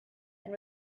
and